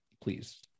please